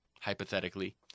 hypothetically